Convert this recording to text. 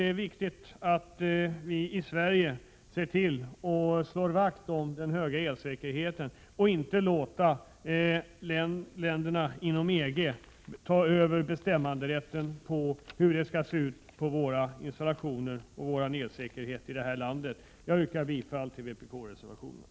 Det är viktigt att vi i Sverige slår vakt om den stora elsäkerheten och inte låter länderna inom EG ta över bestämmanderätten när det gäller hur elinstallationer och elsäkerhet skall se ut i detta land. Jag yrkar bifall till vpk-reservationen.